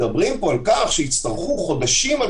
מדברים פה על כך שיצטרכו חודשים על